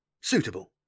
suitable